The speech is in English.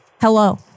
Hello